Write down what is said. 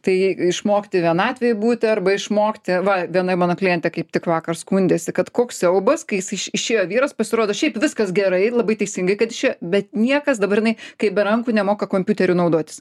tai išmokti vienatvėje būti arba išmokti va viena mano klientė kaip tik vakar skundėsi kad koks siaubas kai jis iš išėjo vyras pasirodo šiaip viskas gerai labai teisingai kad išėjo bet niekas dabar jinai kaip be rankų nemoka kompiuteriu naudotis